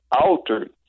altered